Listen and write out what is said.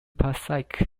passaic